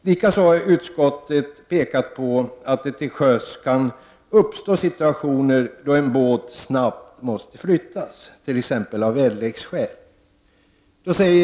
Likaså har utskottet pekat på att det till sjöss kan uppstå situationer då en båt snabbt måste flyttas, t.ex. av väderleksskäl.